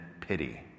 pity